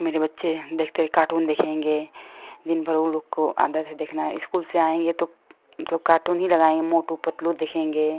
मेरे बच्चे देखते हैं कार्टून देखेंगे दिन भर वो लोग को आदत है देखना इस्कूल से आएंगे तो तो कार्टून ही लगाएंगे मोटू पतलू देखेंगे